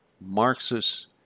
Marxist